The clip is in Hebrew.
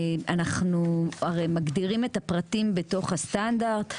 אנחנו מגדירים את הפרטים בתוך הסטנדרט.